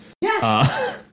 Yes